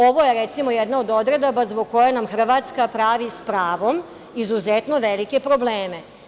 Ovo je, recimo, jedna od odredaba zbog koje nam Hrvatska pravi, s pravom, izuzetno velike probleme.